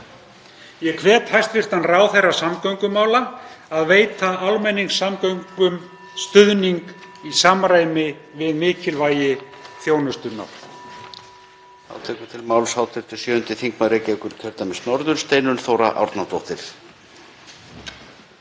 Ég hvet hæstv. ráðherra samgöngumála til að veita almenningssamgöngum stuðning í samræmi við mikilvægi þjónustunnar.